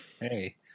Hey